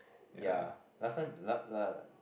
ya last time last last